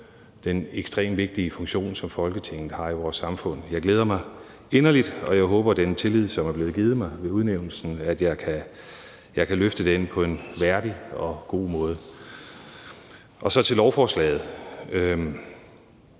den ekstremt vigtige funktion, som Folketinget har i vores samfund. Jeg glæder mig inderligt, og jeg håber, at jeg kan løfte den tillid, som er blevet givet mig ved udnævnelsen, på en værdig og god måde. Så til lovforslaget.